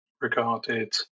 regarded